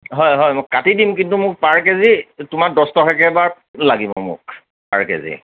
হয় হয় কাটি দিম কিন্তু মোক পাৰ কেজি তোমাৰ দহ টকাকে বা লাগিব মোক পাৰ কেজি